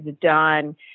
done